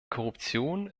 korruption